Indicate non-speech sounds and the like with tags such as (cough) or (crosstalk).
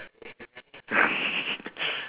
(laughs)